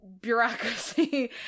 bureaucracy